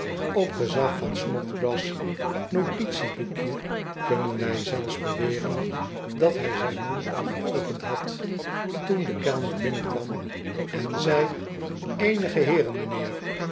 op gezag van snodgrass notitieboekje kunnen wij zelfs beweren dat hij zijn mond al geopend had toen de kellner binnenkwam en zei eenige heeren m'ijnheer